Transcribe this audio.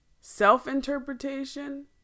self-interpretation